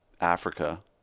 Africa